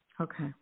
Okay